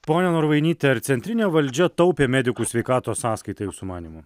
pone norvainyte ar centrinė valdžia taupė medikų sveikatos sąskaita jūsų manymu